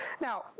Now